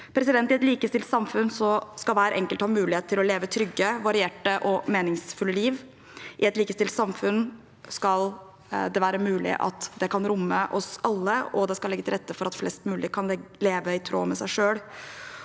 arrangementer. I et likestilt samfunn skal hver enkelt ha mulighet til å leve et trygt, variert og meningsfullt liv. I et likestilt samfunn skal det være mulig at det kan romme oss alle, og det skal legge til rette for at flest mulig kan leve i tråd med seg selv.